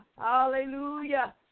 hallelujah